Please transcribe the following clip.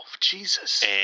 Jesus